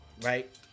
right